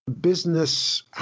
business